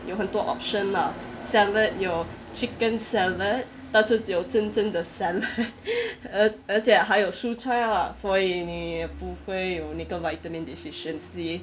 有很多 option lah salad 有 chicken salad 但是有真正的 salad 而而且还有蔬菜啊所以你不会有那个 vitamin deficiency